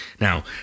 Now